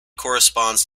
corresponds